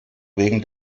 wegen